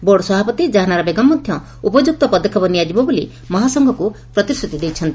board ସଭାପତି କାହାନାରା ବେଗମ ମଧ୍ଧ ଉପଯୁକ୍ତ ପଦକ୍ଷେପ ନିଆଯିବ ବୋଲି ମହାସଂଘକୁ ପ୍ରତିଶ୍ରତି ଦେଇଛନ୍ତି